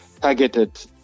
targeted